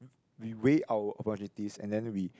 we weigh our opportunities and then we